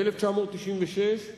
ב-1996,